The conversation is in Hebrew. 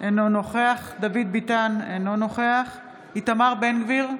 אינו נוכח דוד ביטן, אינו נוכח איתמר בן גביר,